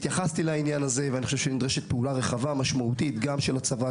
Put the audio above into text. התייחסתי לעניין הזה ואני חושב שנדרשת פעולה רחבה ומשמעותית של הצבא,